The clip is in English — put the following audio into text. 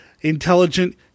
intelligent